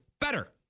better